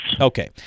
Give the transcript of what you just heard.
okay